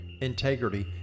integrity